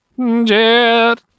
Jet